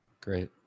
Great